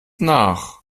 nach